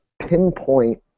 pinpoint